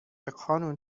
قانون